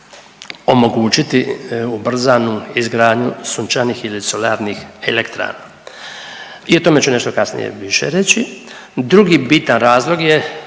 omogućiti ubrzanu izgradnju sunčanih ili solarnih elektrana i o tome ću nešto kasnije više reći. Drugi bitan razlog je